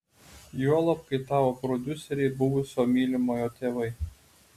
juolab kai tavo prodiuseriai buvusio mylimojo tėvai